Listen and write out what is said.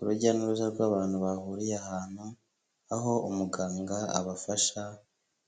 Urujya n'uruza rw'abantu bahuriye ahantu, aho umuganga abafasha